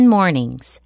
Mornings